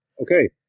Okay